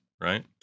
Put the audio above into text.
right